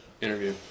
interview